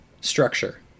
structure